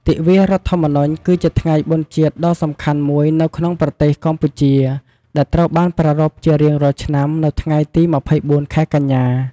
ទិវារដ្ឋធម្មនុញ្ញ គឺជាថ្ងៃបុណ្យជាតិដ៏សំខាន់មួយនៅក្នុងប្រទេសកម្ពុជា ដែលត្រូវបានប្រារព្ធជារៀងរាល់ឆ្នាំនៅថ្ងៃទី ២៤ ខែកញ្ញា។